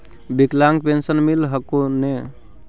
विकलांग पेन्शन मिल हको ने?